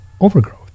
overgrowth